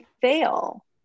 fail